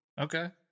Okay